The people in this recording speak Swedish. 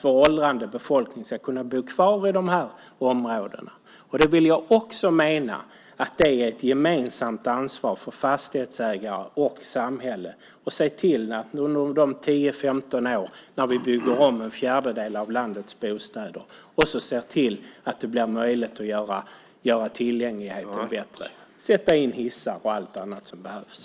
Vår åldrande befolkning ska kunna bo kvar i de här områdena. Jag menar att det är ett gemensamt ansvar för fastighetsägare och samhälle att se till att under de 10-15 år vi bygger om en fjärdedel av landets bostäder det blir möjligt att göra tillgängligheten bättre, sätta in hissar och allt annat som behövs.